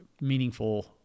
meaningful